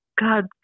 god